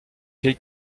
kai